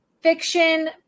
fiction